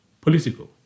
political